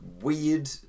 weird